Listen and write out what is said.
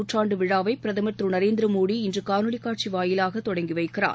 நூற்றாண்டுவிழாவைபிரதமர் திருநரேந்திரமோடி இன்றுகாணொலிகாட்சிவாயிலாகதொடங்கிவைக்கிறார்